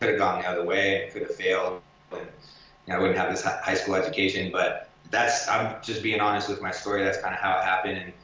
coulda gone the other way, it could've failed but and i wouldn't have this high school education, but i'm just being honest with my story, that's kinda how it happened. and